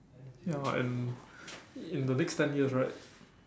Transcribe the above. ya and in the next ten years right